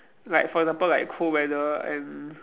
like for example like cold weather and